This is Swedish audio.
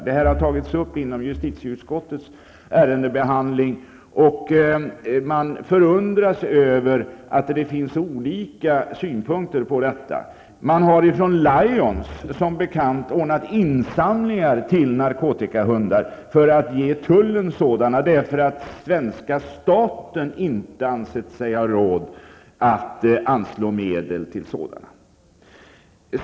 Detta har tagits upp vid justitieutskottets ärendebehandling, och man förundras över att det finns olika synpunkter på detta. Man har som bekant från Lions ordnat insamlingar till narkotikahundar för att ge tullen sådana, därför att den svenska staten inte ansett sig ha råd att anslå medel till sådana hundar.